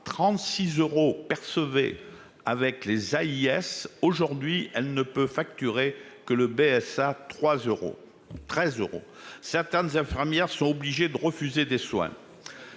36 euros percevez avec les AIS aujourd'hui elle ne peut facturer que le PS BSA trois euros, 13 euros. Certaines infirmières sont obligés de refuser des soins.